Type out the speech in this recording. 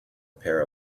pair